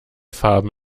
farben